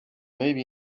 maybe